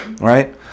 right